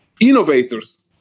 innovators